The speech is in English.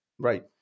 Right